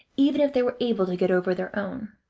even if they were able to get over their own.